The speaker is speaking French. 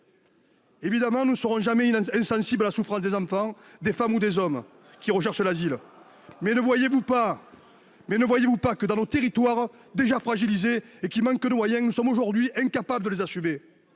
et du Var. Nous ne serons jamais insensibles, évidemment, à la souffrance des enfants, des femmes ou des hommes qui recherchent l'asile. Mais ne voyez-vous pas que, dans nos territoires déjà fragilisés et en manque de moyens, nous sommes aujourd'hui incapables de les assumer